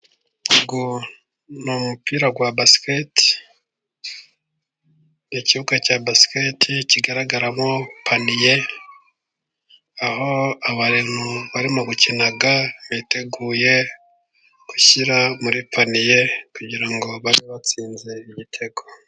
Umupira wa basiketi, ikibuga cya basiketi kigaragaramo paniye, aho abantu barimo gukina biteguye gushyira muri paniye, kugira ngo babe batsinze igitego.